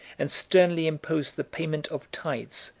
and sternly imposed the payment of tithes,